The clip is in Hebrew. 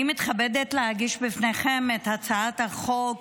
אני מתכבדת להגיש בפניכם את הצעת חוק